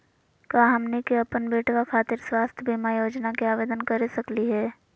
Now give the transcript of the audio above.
का हमनी के अपन बेटवा खातिर स्वास्थ्य बीमा योजना के आवेदन करे सकली हे?